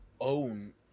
own